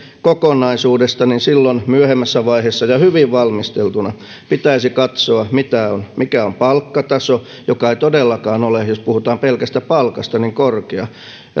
kokonaisuudesta niin silloin myöhemmässä vaiheessa ja hyvin valmisteltuna pitäisi katsoa mikä on palkkataso joka todellakaan ei ole jos puhutaan pelkästä palkasta korkea